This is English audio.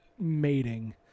mating